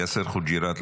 יאסר חוג'יראת,